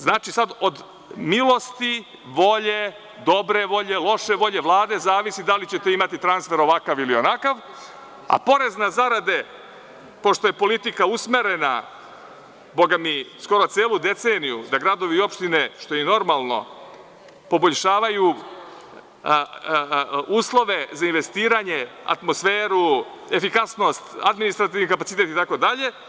Znači, sada od milosti, volje, dobre volje, lože volje Vlade zavisi da li ćete imati transfer ovakav ili onakav, a porez na zarade, pošto je politika usmerena, bogami, skoro celu deceniju, da gradovi i opštine, što je i normalno, poboljšavaju uslove za investiranje, atmosferu, efikasnost, administrativni kapacitet, itd.